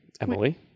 Emily